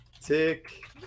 tick